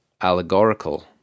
allegorical